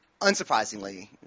unsurprisingly